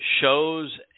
shows